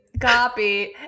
Copy